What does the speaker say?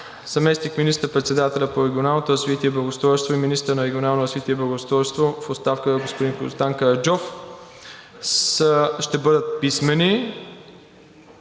заместник министър-председателя по регионалното развитие и благоустройство и министър на регионално развитие и благоустройство в оставка господин Гроздан Караджов ще бъдат писмени.